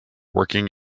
working